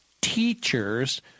teachers